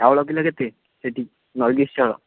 ଚାଉଳ କିଲୋ କେତେ ସେଠି ନର୍ଗିଶ୍ ଚାଉଳ